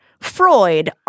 Freud